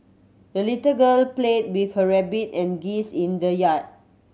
the little girl played with her rabbit and geese in the yard